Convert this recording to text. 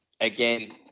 again